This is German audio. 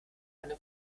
eine